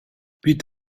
бид